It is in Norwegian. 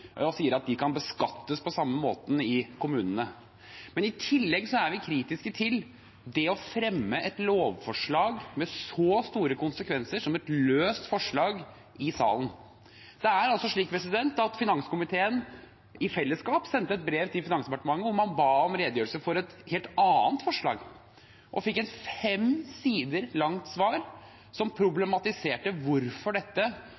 og sier at de kan beskattes på samme måte i kommunene. Men i tillegg er vi kritiske til det å fremme et lovforslag med så store konsekvenser som et løst forslag i salen. Finanskomiteen sendte i fellesskap et brev til Finansdepartementet hvor man ba om en redegjørelse for et helt annet forslag og fikk et fem sider langt svar, som problematiserte hvorfor dette